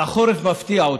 שהחורף מפתיע אותנו.